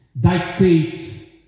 dictate